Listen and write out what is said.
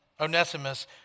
Onesimus